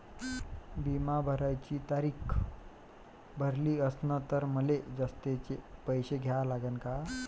बिमा भराची तारीख भरली असनं त मले जास्तचे पैसे द्या लागन का?